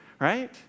right